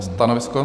Stanovisko?